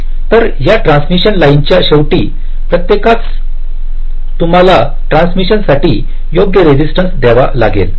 तर या ट्रान्समिशन लाइनच्या शेवटी प्रत्येकास तुम्हाला टर्मिनेशनसाठी योग्य रेसिस्टन्स द्यावा लागेल